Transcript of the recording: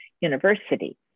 university